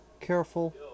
careful